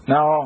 Now